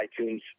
iTunes